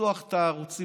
לפתוח את הערוצים,